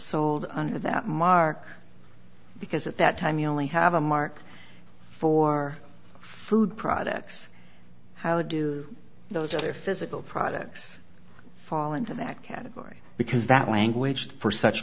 sold under that mark because at that time you only have a mark for food products how do those other physical products fall into that category because that language for such